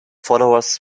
followers